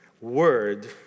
word